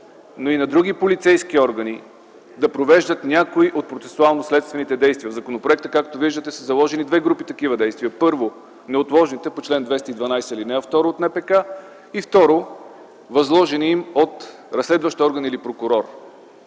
но и на други полицейски органи да провеждат някои от процесуално-следствените действия. Както виждате, в законопроекта са заложени две групи такива действия: първо, неотложните по чл. 212, ал. 2 от НПК и, второ, възложени им от разследващ орган или прокурор.